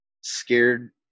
scared